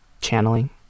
channeling